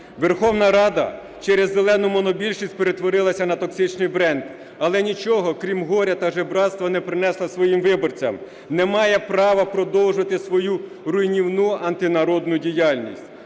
Верховна Рада через "зелену" монобільшість перетворилася на токсичний бренд, але нічого, крім горя та жебрацтва, не принесла своїм виборцям, не має права продовжувати свою руйнівну антинародну діяльність.